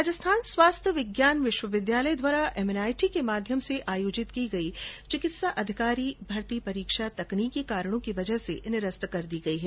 राजस्थान स्वास्थ्य विज्ञान विश्वविद्यालय द्वारा एमएनआईटी के माध्यम से आयोजित की गई चिकित्सा अधिकारी भर्ती परीक्षा तकनीकी कारणों की वजह से निरस्त कर दी गई है